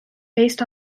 based